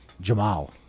Jamal